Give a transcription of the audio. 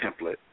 template